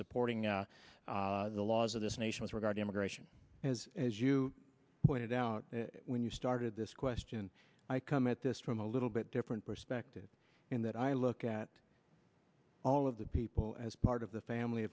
supporting are the laws of this nation with regard to immigration as as you pointed out when you started this question i come at this from a little bit different perspective in that i look at all of the people as part of the family